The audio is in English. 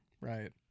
Right